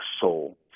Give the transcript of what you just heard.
soul